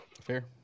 Fair